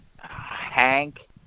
Hank